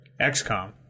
XCOM